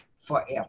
forever